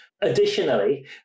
Additionally